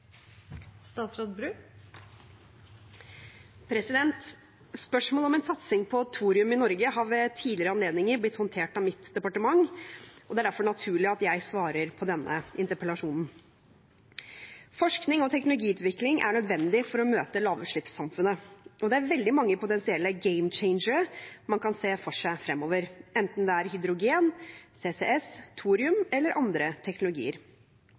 om en satsing på thorium i Norge har ved tidligere anledninger blitt håndtert av mitt departement, og det er derfor naturlig at jeg svarer på denne interpellasjonen. Forskning og teknologiutvikling er nødvendig for å møte lavutslippssamfunnet. Man kan se for seg veldig mange potensielle «game-changere» fremover, enten det er hydrogen, CCS, thorium eller andre teknologier.